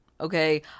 okay